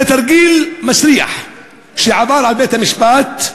זה תרגיל מסריח שעבד על בית-המשפט,